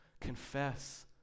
confess